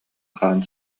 хаан